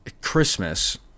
Christmas